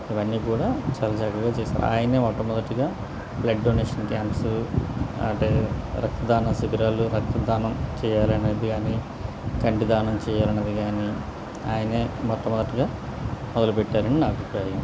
ఇవన్నీ కూడా చాలా చక్కగా చేస్తారు ఆయనే మొట్టమొదటిగా బ్లడ్ డొనేషన్ క్యాంప్స్ అంటే రక్తదాన శిబిరాలు రక్తదానం చేయాలి అనేది కానీ కంటిదానం చేయాలి అనేది కానీ ఆయనే మొట్టమొదటిగా మొదలుపెట్టాలని నా అభిప్రాయం